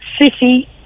city